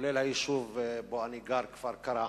גם היישוב שבו אני גר, כפר-קרע,